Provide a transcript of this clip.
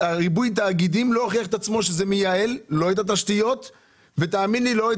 ריבוי תאגידים לא הוכיח את עצמו שזה מייעל את התשתיות וגם לא את